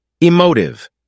Emotive